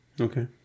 Okay